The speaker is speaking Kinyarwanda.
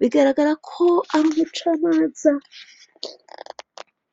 Bigaragara ko ari umucamanza.